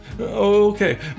Okay